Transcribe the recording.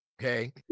Okay